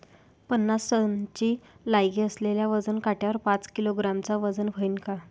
पन्नास टनची लायकी असलेल्या वजन काट्यावर पाच किलोग्रॅमचं वजन व्हईन का?